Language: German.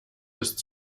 ist